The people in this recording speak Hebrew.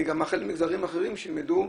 אני מאחל גם למגזרים אחרים שילמדו,